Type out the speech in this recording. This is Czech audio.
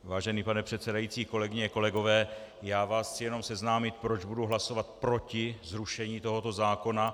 Vážený pane předsedající, kolegyně, kolegové, chci vás jenom seznámit, proč budu hlasovat proti zrušení tohoto zákona.